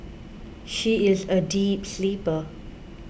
she is a deep sleeper